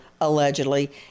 allegedly